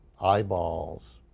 eyeballs